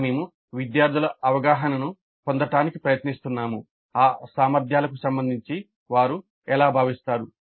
ఇక్కడ మేము విద్యార్థుల అవగాహనను పొందడానికి ప్రయత్నిస్తున్నాము ఆ సామర్థ్యాలకు సంబంధించి వారు ఎలా భావిస్తారు